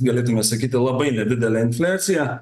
galėtume sakyti labai nedidelė infliacija